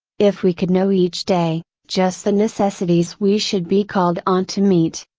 if we could know each day, just the necessities we should be called on to meet,